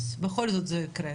אז בכל זאת זה יקרה.